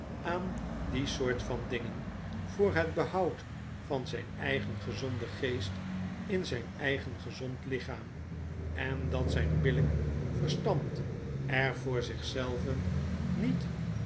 aan die soort van dingen voor het behoud van zijn eigen gezonden geest in zyn eigen gezond lichaam en dat zyn billyk verstand er voor zich zelven niet